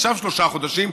עכשיו שלושה חודשים,